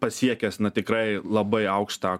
pasiekęs na tikrai labai aukštą